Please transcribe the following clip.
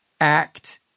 act